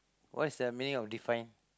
what's the meaning of define